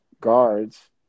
guards